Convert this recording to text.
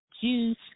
juice